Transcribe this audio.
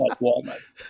walnuts